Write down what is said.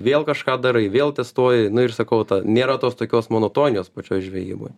vėl kažką darai vėl testuoji na ir sakau ta nėra tos tokios monotonijos pačioj žvejyboj